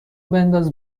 بنداز